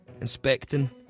inspecting